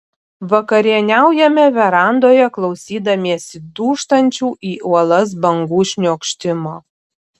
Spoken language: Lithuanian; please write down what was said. vakarieniaujame verandoje klausydamiesi dūžtančių į uolas bangų šniokštimo